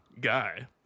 guy